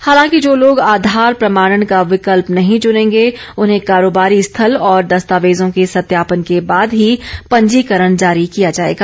हालांकि जो लोग आधार प्रमाणन का विकल्प नहीं चुनेंगे उन्हें कारोबारी स्थल और दस्तावेजों के सत्यापन के बाद ही पंजीकरण जारी किया जाएगा